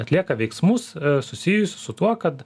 atlieka veiksmus susijusius su tuo kad